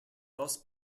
thus